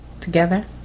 together